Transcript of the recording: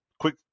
quick